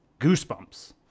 Goosebumps